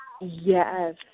Yes